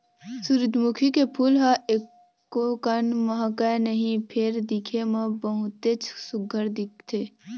सूरजमुखी के फूल ह एकोकन महकय नहि फेर दिखे म बहुतेच सुग्घर दिखथे